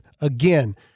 Again